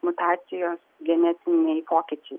mutacijos genetiniai pokyčiai